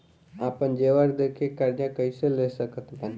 आपन जेवर दे के कर्जा कइसे ले सकत बानी?